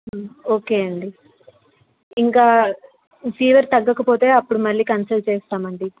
okay అండి ఇంకా fever తగ్గకపోతే అప్పుడు మళ్ళీ కన్సల్ట్ చేస్తాం అండి